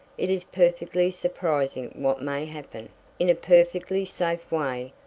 it is perfectly surprising what may happen, in a perfectly safe way,